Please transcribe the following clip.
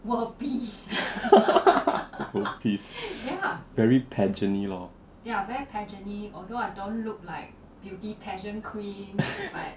world peace very pageant-is lor